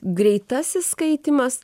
greitasis skaitymas